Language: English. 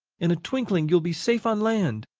in a twinkling you will be safe on land.